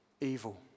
evil